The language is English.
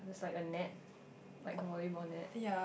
looks like a net like volleyball net